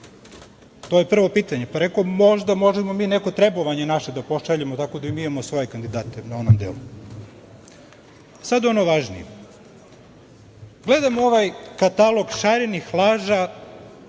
To je prvo pitanje. Možda možemo mi neko trebovanje naše da pošaljemo, tako da i mi imamo svoje kandidate na onom delu. Sada ono važnije. Gledam ovaj katalog šarenih laža